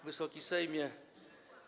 Wysoki Sejmie!